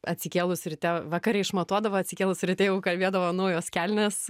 atsikėlus ryte vakare išmatuodavo atsikėlus ryte jau kalbėdavo naujos kelnės